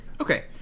Okay